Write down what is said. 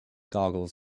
goggles